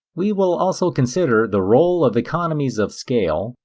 we will also consider the role of economies of scale,